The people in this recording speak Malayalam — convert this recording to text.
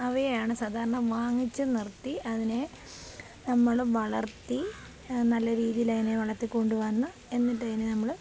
അവയെയാണ് സാധാരണ വാങ്ങിച്ചു നിർത്തി അതിനെ നമ്മള് വളർത്തി നല്ല രീതിയില് അതിനെ വളർത്തിക്കൊണ്ടു വന്ന് എന്നിട്ട് അതിനെ നമ്മള്